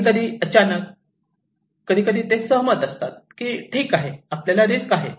कधीकधी अचानक कधीकधी ते सहमत असतात की ठीक आहे आपल्यास रिस्क आहे